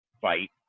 fight